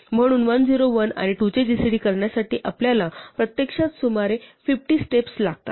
म्हणून 101 मध्ये 2 चे जीसीडी करण्यासाठी आपल्याला प्रत्यक्षात सुमारे 50 स्टेप्स लागतात